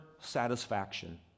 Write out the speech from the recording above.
satisfaction